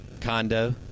condo